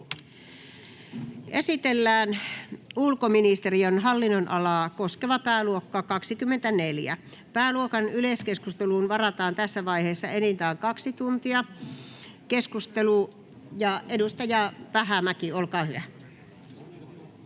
Esitellään ulkoministeriön hallinnonalaa koskeva pääluokka 24. Pääluokan yleiskeskusteluun varataan tässä vaiheessa enintään 2 tuntia. — Keskustelu, edustaja Vähämäki, olkaa hyvä.